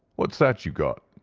what's that you've got?